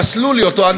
פסלו לי אותו.